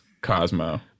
Cosmo